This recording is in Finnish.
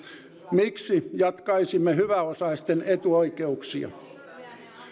miksi jatkaisimme hyväosaisten etuoikeuksia